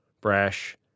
brash